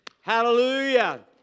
Hallelujah